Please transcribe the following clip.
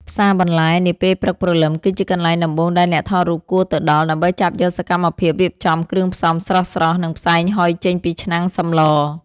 ផ្សារបន្លែនាពេលព្រឹកព្រលឹម គឺជាកន្លែងដំបូងដែលអ្នកថតរូបគួរទៅដល់ ដើម្បីចាប់យកសកម្មភាពរៀបចំគ្រឿងផ្សំស្រស់ៗ និងផ្សែងហុយចេញពីឆ្នាំងសម្ល។